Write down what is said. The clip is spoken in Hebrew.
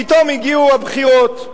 פתאום הגיעו הבחירות.